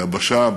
ביבשה,